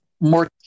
more